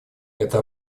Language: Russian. это